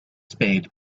spade